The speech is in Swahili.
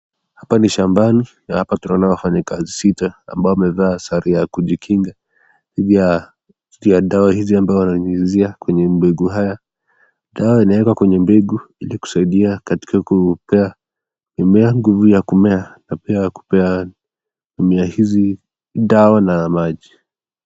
Hapa ni shambani na hapa tunaona wafanyikazi sita ambao wamevaa sare ya kujikinga dhidi ya dawa hizi ambao wananyunyizia kwenye mbegu haya. Dawa inaekwa kwenye mbegu ili kusaidia katika kupea mimea nguvu ya kumea na kupea mimea hizi dawa na maji.